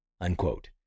unquote